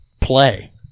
play